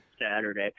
Saturday